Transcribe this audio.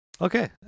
Okay